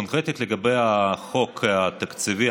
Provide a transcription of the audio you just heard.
קונקרטית לגבי החוק התקציבי,